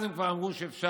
אז הם כבר אמרו שאפשר